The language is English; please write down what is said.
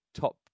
top